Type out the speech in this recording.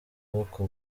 buroko